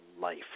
life